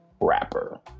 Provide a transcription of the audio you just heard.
rapper